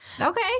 Okay